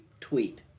tweet